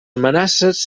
amenaces